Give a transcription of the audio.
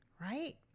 right